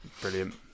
Brilliant